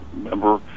member